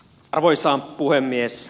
arvoisa puhemies